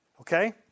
okay